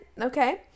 okay